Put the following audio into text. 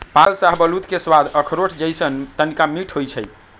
पाकल शाहबलूत के सवाद अखरोट जइसन्न तनका मीठ होइ छइ